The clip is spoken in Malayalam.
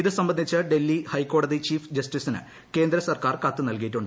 ഇത് സംബന്ധിച്ച് ഡൽഹി ഹൈക്കോടതി ചീഫ് ജസ്റ്റിസിന് കേന്ദ്രസർക്കാർ കത്ത് നൽകിയിട്ടുണ്ട്